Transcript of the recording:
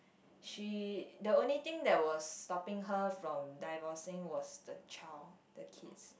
she the only things that was stopping her from divorcing was the child the kid